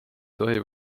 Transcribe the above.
tohi